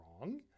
wrong